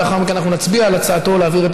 ולאחר מכן אנחנו נצביע על הצעתו להעביר את